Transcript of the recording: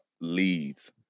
leads